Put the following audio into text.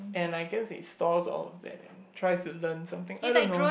and I guess it stores all of that and tries to learn something I don't know